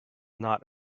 not